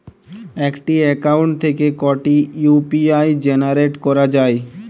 একটি অ্যাকাউন্ট থেকে কটি ইউ.পি.আই জেনারেট করা যায়?